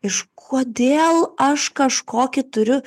iš kodėl aš kažkokį turiu